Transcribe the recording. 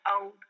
old